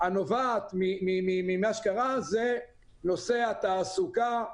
שנובעת ממה שקרה זה נושא התעסוקה.